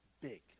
big